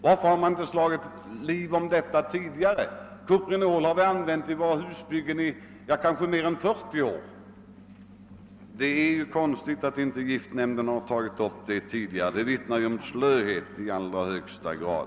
Varför har man inte tidigare slagit larm om det? Kuprinol har som sagt använts i bortåt 40 år. Och det är väl då mycket konstigt att giftnämnden inte tagit upp den saken tidigare — det får ju anses vittna om slöhet i allra högsta grad.